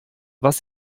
was